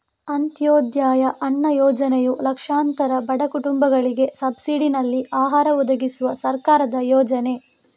ಅಂತ್ಯೋದಯ ಅನ್ನ ಯೋಜನೆಯು ಲಕ್ಷಾಂತರ ಬಡ ಕುಟುಂಬಗಳಿಗೆ ಸಬ್ಸಿಡಿನಲ್ಲಿ ಆಹಾರ ಒದಗಿಸುವ ಸರ್ಕಾರದ ಯೋಜನೆ